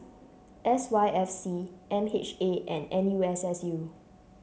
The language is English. S Y F C M H A and N U S S U